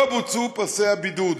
לא בוצעו פסי הבידוד.